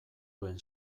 duen